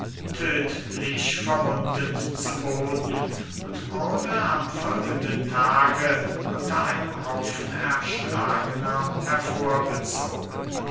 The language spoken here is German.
tödtlich verwundet zu boden und wurde am folgenden tage unter einem haufen erschlagener hervorgezogen